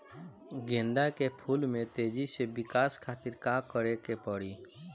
गेंदा के फूल में तेजी से विकास खातिर का करे के पड़ी?